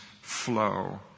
flow